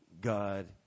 God